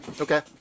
okay